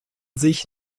sich